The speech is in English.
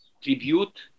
Tribute